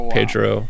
Pedro